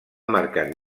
marcat